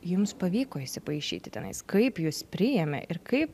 jums pavyko įsipaišyti tenais kaip jus priėmė ir kaip